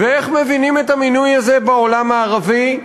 איך מבינים את המינוי הזה בעולם הערבי?